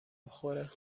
بخوره